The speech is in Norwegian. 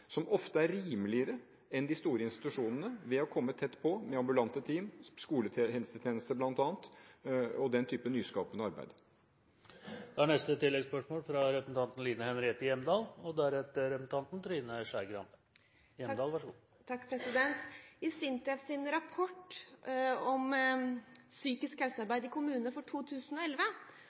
som ofte er rimeligere enn de store institusjonene ved å komme tett på med ambulante team, skolehelsetjeneste bl.a. og den typen nyskapende arbeid. Line Henriette Hjemdal – til oppfølgingsspørsmål. I SINTEFs rapport om psykisk helsearbeid i kommunene for 2011 står det under utfordringer at man bruker mindre ressurser i kommunene til forebyggende psykisk helsearbeid